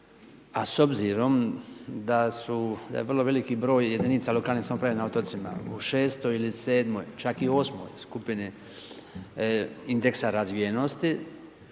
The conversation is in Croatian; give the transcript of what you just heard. a s obzirom da je vrlo veliki broj jedinica lokalne samouprave na otocima u VI. ili VII. čak i VIII. skupini indeksa razvijenosti,